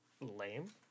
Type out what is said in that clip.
lame